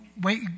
Wait